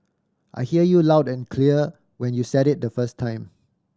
I heard you loud and clear when you said it the first time